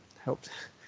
helped